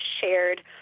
shared